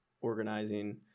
Organizing